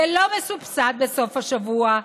זה לא מסובסד בסוף השבוע.